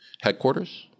headquarters